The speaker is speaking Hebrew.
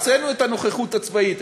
הוצאנו את הנוכחות הצבאית,